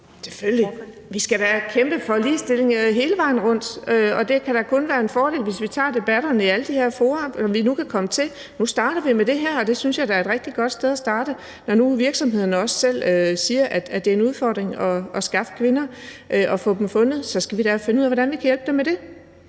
Selvfølgelig. Vi skal da kæmpe for ligestilling hele vejen rundt, og det kan da kun være en fordel, hvis vi tager debatterne i alle de fora, vi nu kan komme til. Nu starter vi med det her, og det synes jeg da er et rigtig godt sted at starte. Når nu virksomhederne selv siger, at det er en udfordring at skaffe kvinder og at få dem fundet, skal vi da finde ud af, hvordan vi kan hjælpe dem med det.